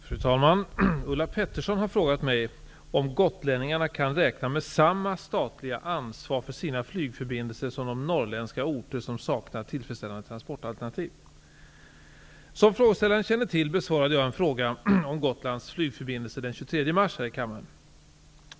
Fru talman! Ulla Pettersson har frågat mig om gotlänningarna kan räkna med samma statliga ansvar för sina flygförbindelser som de norrländska orter som saknar tillfredsställande transportalternativ. Som frågeställaren känner till besvarade jag en fråga om Gotlands flygförbindelser den 23 mars här i kammaren.